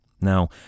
Now